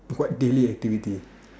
what daily activity